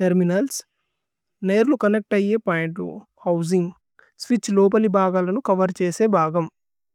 Terminals, നൈര്ലു connect അഏയ point, housing. സ്വിത്ഛ് ലോ പലി ഭഗാലു നു ചോവേര് ഛേശേ ഭഗാമ്।